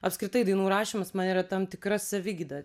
apskritai dainų rašymas man yra tam tikra savigyda